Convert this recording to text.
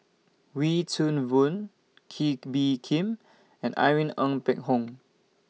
Wee Toon Boon Kee Bee Khim and Irene Ng Phek Hoong